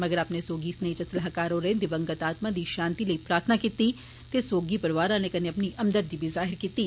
मगरा अपने सौगी स्नेह इच सलाहकार होरें दिव्गत आत्मा दी षान्ति लेई प्रार्थना कीत्ती ते सौगी परौआर आले कन्नै अपनी हमदर्दी बी जाहिर कीत्ती